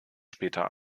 später